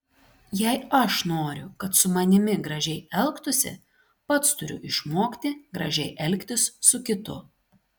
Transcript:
jei aš noriu kad su manimi gražiai elgtųsi pats turiu išmokti gražiai elgtis su kitu